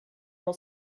will